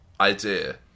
idea